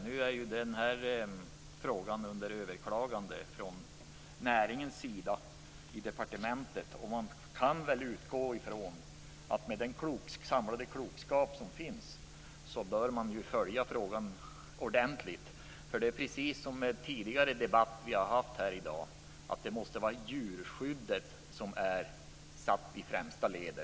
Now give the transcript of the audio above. Nu är frågan under överklagande från näringens sida hos departementet. Man kan väl utgå från att man med den samlade klokskap som finns bör kunna följa frågan ordentligt. Det är precis som i den tidigare debatten här i dag att det måste vara djurskyddet som är satt i främsta ledet.